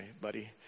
buddy